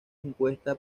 encuesta